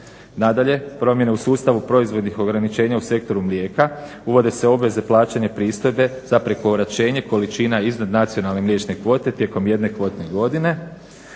Nadalje, promjene u sustavu proizvodnih ograničenja u sektoru mlijeka uvode se obveze plaćanja pristojbe za prekoračenje količina iznad nacionalne mliječne kvote tijekom jedne kvotne godine.